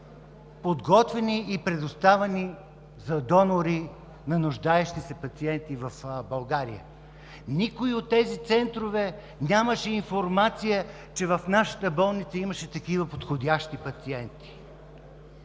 подготвени и предоставени за донори на нуждаещи се пациенти в България. Никой от тези центрове нямаше информация, че в нашата болница имаше такива подходящи пациенти.